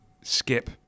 skip